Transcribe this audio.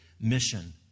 mission